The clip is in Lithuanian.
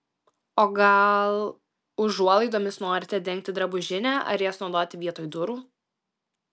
o gal užuolaidomis norite dengti drabužinę ar jas naudoti vietoj durų